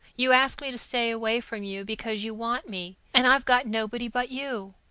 you ask me to stay away from you because you want me! and i've got nobody but you.